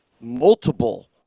multiple